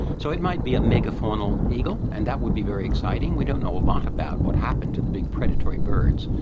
so it might be a megafaunal eagle, and that would be very exciting. we don't know a lot about what happened to the big predatory birds.